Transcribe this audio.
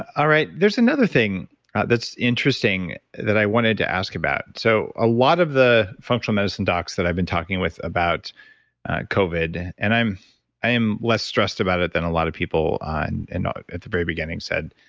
all right. there's another thing that's interesting that i wanted to ask about. so a lot of the functional medicine docs that i've been talking with about covid, and i'm i'm less stressed about it than a lot of people and at the very beginning said,